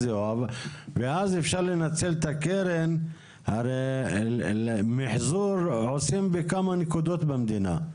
אפשר לנצל את הקרן כי את המחזור עושים בכמה נקודות במדינה.